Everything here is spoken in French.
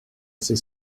ses